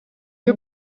you